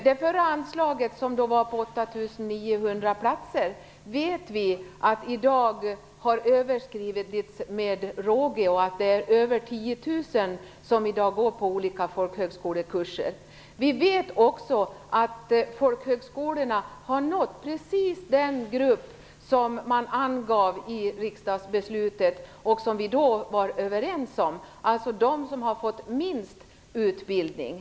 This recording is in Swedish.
Det förra anslaget gällde 8 900 platser. Vi vet att det i dag har överskridits med råge. Över 10 000 personer går i dag på olika folkhögskolekurser. Vi vet också att folkhögskolorna har nått precis den grupp som angavs i riksdagsbeslutet och som vi då var överens om, nämligen de personer som har fått minst utbildning.